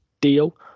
deal